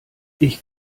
ich